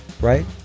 right